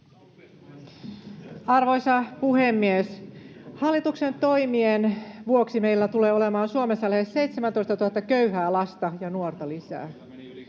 Arvoisa puhemies! Hallituksen toimien vuoksi meillä tulee olemaan Suomessa lähes 17 000 köyhää lasta ja nuorta lisää.